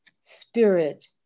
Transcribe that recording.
spirit